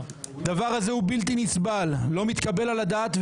הדבר הזה הוא בלתי נסבל, לא מתקבל על הדעת.